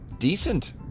decent